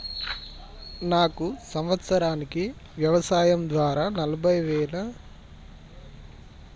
నాకు వ్యవసాయం ద్వారా సంవత్సరానికి లక్ష నలభై వేల రూపాయలు వస్తయ్, కాబట్టి నాకు క్రెడిట్ కార్డ్ ఇస్తరా?